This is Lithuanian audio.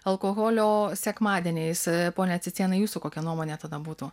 alkoholio sekmadieniais pone cicėnai jūsų kokia nuomonė tada būtų